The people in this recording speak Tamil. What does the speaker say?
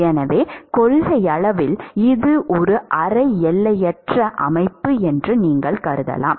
எனவே கொள்கையளவில் இது ஒரு அரை எல்லையற்ற அமைப்பு என்று நீங்கள் கருதலாம்